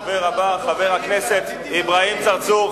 הדובר הבא, חבר הכנסת אברהים צרצור.